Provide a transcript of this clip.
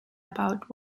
about